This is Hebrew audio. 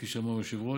כפי שאמר היושב-ראש,